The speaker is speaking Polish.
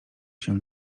się